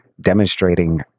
demonstrating